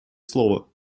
слово